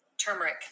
turmeric